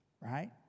Right